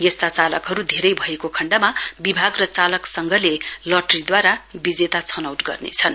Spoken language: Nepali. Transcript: यस्ता चालकहरू धेरै भएको खण्डमा विभाग र चालक संघले लटरीद्वारा बिजेता छनौट गर्नेछन्